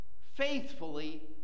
faithfully